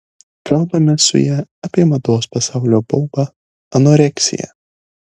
kalbamės su ja apie mados pasaulio baubą anoreksiją